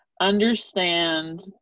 understand